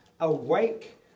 Awake